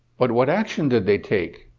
but what action did they take?